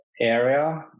area